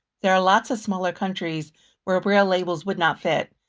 there are lots of smaller countries where braille labels would not fit.